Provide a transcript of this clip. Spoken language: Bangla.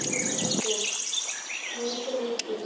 নিপীড়িত হয়ে চলেছে